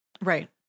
Right